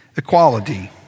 equality